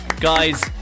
guys